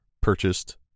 purchased